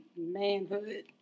Manhood